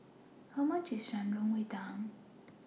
How much IS Shan Rui Tang